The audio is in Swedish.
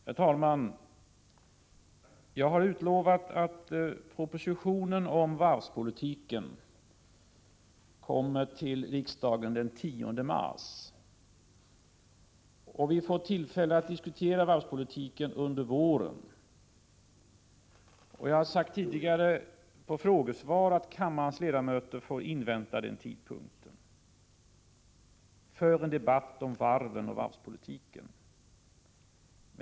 Herr talman! Jag har utlovat att propositionen om varvspolitiken kommer till riksdagen den 10 mars, och vi får tillfälle att diskutera varvspolitiken under våren. Jag har tidigare i frågesvar sagt att kammarens ledamöter får invänta den tidpunkten för en debatt om varven och varvspolitiken.